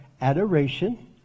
adoration